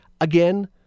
again